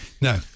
No